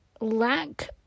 lack